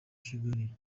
kigali